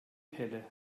pelle